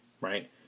right